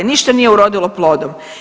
Ništa nije urodilo plodom.